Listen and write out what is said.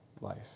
life